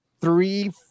three